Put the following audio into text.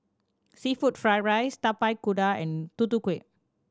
seafood fried rice Tapak Kuda and Tutu Kueh